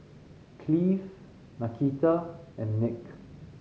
Cleve Nakita and Nick